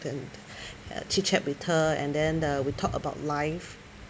and chit chat with her and then uh we talked about life